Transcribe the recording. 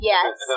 Yes